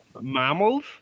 mammals